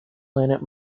planet